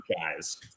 guys